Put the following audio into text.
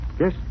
Yes